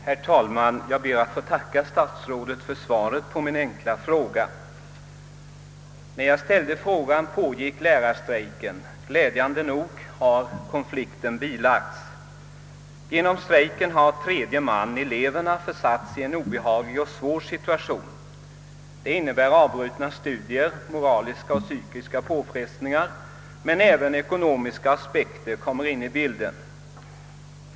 Herr talman! Jag ber att få tacka statsrådet för svaret på min enkla fråga. När jag ställde frågan pågick lärarstrejken, — Glädjande nog har konflikten nu bilagts. Genom strejken har emellertid tredje man, eleverna, försatts i en obehaglig och svår situation. Den innebär avbrutna studier samt moraliska och psykiska påfrestningar, men även ekonomiska aspekter kommer in i bilden.